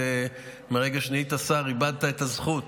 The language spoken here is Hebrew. מרגע שנהיית שר איבדת את הזכות.